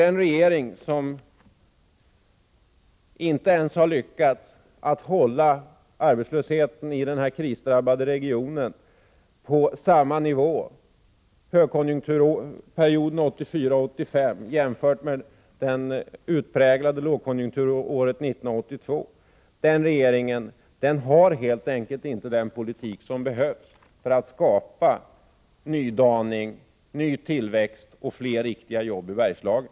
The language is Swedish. Den regering som inte ens har lyckats hålla arbetslösheten i denna krisdrabbade region på samma nivå under högkonjunkturperioden 1984 1985 som under det utpräglade lågkonjunkturåret 1982 för helt enkelt inte den politik som behövs för att skapa nydaning, ny tillväxt och fler riktiga jobb i Bergslagen.